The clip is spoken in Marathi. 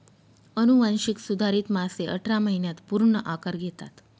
अनुवांशिक सुधारित मासे अठरा महिन्यांत पूर्ण आकार घेतात